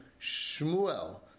Shmuel